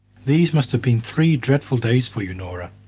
these must have been three dreadful days for you, nora.